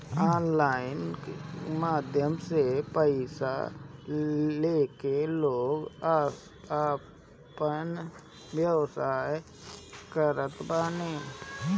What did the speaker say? online माध्यम से पईसा लेके लोग आपन व्यवसाय करत बाने